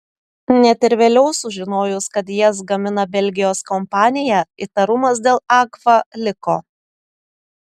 net ir vėliau sužinojus kad jas gamina belgijos kompanija įtarumas dėl agfa liko